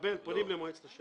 לכמה זמן תקפה